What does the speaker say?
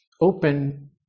open